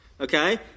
okay